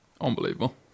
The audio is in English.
Unbelievable